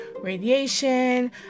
radiation